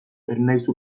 ernaizu